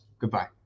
goodbye